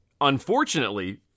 Unfortunately